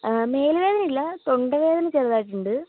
മേലുവേദന ഇല്ല തൊണ്ടവേദന ചെറുതായിട്ട് ഉണ്ട്